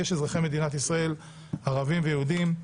יש אזרחי מדינת ישראל ערבים ויהודים,